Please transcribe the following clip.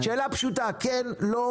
עוד לא